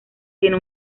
tiene